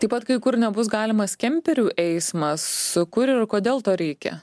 taip pat kai kur nebus galimas kemperių eismas kur ir kodėl to reikia